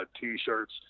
t-shirts